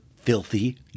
filthy